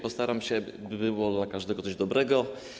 Postaram się, by było dla każdego coś dobrego.